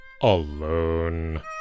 alone